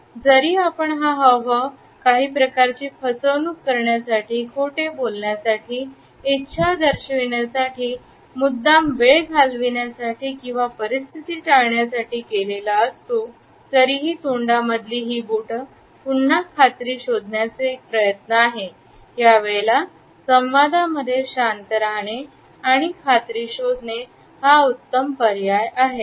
जरी आपण हा हावभाव काही प्रकारची फसवणूक करण्यासाठी खोटे बोलण्यासाठी इच्छा दर्शविण्यासाठी मुद्दाम वेळ घालविण्यासाठी किंवा परिस्थिती टाळण्यासाठी केलेला असतो तरीही तोंडा मधले हे बोट पुन्हा खात्री शोधण्याचे एक प्रयत्न आहे यावेळेला संवादांमध्ये शांत राहणे आणि खात्री शोधणे उत्तम पर्याय आहे